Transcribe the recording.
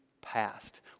past